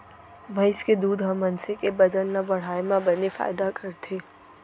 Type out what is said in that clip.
भईंस के दूद ह मनसे के बजन ल बढ़ाए म बने फायदा करथे